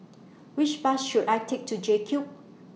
Which Bus should I Take to JCube